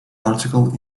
article